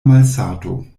malsato